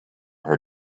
her